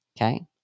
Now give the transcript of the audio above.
okay